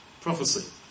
prophecy